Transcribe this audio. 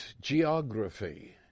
geography